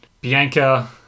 Bianca